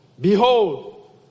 behold